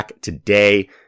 today